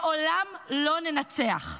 לעולם לא ננצח.